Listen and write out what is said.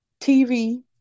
TV